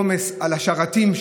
עומס על השרתים,